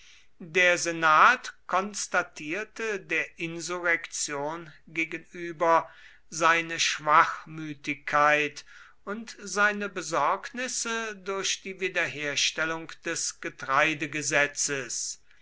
der senat konstatierte der insurrektion gegenüber seine schwachmütigkeit und seine besorgnisse durch die wiederherstellung des